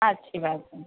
اچھی بات ہے